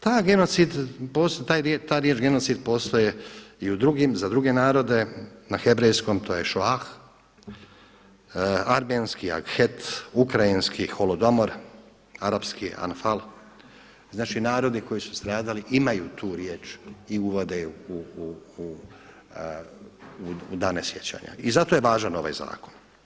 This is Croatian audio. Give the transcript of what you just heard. Ta riječ genocid postoji i za druge narode, na hebrejskom to je šoah, armenski …, ukrajinski holodomor, arapski anfal, znači narodi koji su stradali imaju tu riječ i uvode ju u dane sjećanja i zato je važan ovaj zakon.